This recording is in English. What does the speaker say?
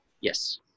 Yes